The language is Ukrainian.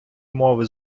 мови